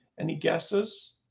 and he guesses.